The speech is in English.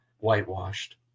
Whitewashed